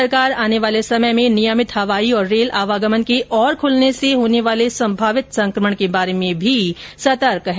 सरकार आने वाले समय में नियमित हवाई और रेल आवागमन के और खुलने से होने वाले संभावित संक्रमण के बारे में भी सतर्क है